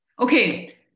Okay